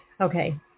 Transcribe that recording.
okay